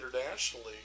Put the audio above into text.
internationally